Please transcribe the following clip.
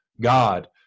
god